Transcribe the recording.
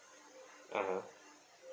(uh huh)